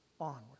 onward